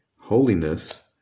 Holiness